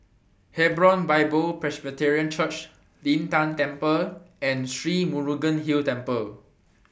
Hebron Bible Presbyterian Church Lin Tan Temple and Sri Murugan Hill Temple